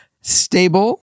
stable